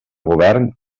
govern